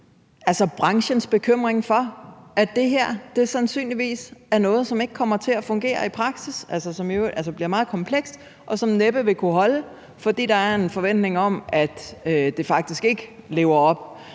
med branchens bekymring for, at det her sandsynligvis er noget, som ikke kommer til at fungere i praksis, som bliver meget komplekst, og som næppe vil kunne holde, fordi der er en forventning om, at det faktisk ikke lever op